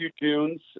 tunes